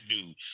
dude